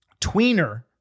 tweener